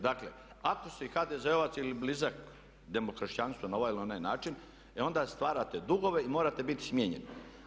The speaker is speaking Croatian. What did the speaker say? Dakle, ako si HDZ-ovac ili blizak demokršćanstvu na ovaj ili onaj način e onda stvarate dugove i morate bit smijenjeni.